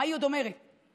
אינו נוכח מירי מרים רגב,